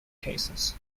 cases